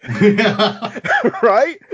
Right